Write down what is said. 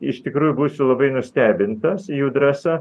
iš tikrųjų būsiu labai nustebintas jų drąsa